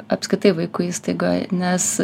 apskritai vaikų įstaigoj nes